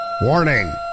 Warning